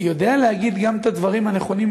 יודע להגיד גם את הדברים הנכונים,